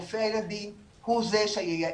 רופא הילדים הוא זה שייעץ,